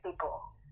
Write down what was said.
people